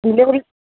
delivery